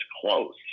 close